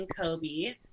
Kobe